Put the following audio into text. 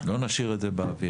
לא נשאיר את זה באוויר.